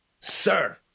sir